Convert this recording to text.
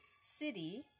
city